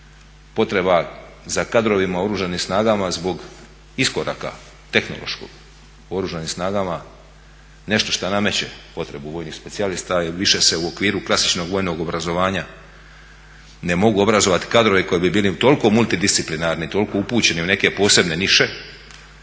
potreba za kadrovima u Oružanim snagama zbog iskoraka, tehnološkog u Oružanim snagama nešto šta nameće potrebu vojnih specijalista, jer više se u okviru klasičnog vojnog obrazovanja ne mogu obrazovati kadrove koji bi bili toliko multidisciplinarni, toliko upućeni u neke posebne nište